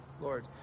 Lord